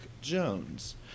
Jones